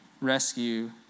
rescue